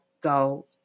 go